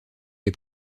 les